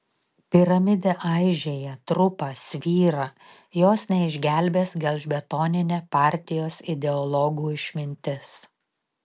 piramidė aižėja trupa svyra jos neišgelbės gelžbetoninė partijos ideologų išmintis